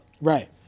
Right